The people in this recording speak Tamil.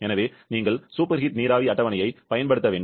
எனவே நீங்கள் சூப்பர்ஹீட் நீராவி அட்டவணையைப் பயன்படுத்த வேண்டும்